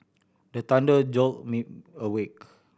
the thunder jolt me awake